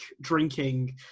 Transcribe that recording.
drinking